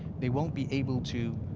they won't be able to